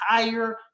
entire